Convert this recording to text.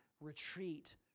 retreat